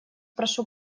прошу